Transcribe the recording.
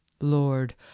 Lord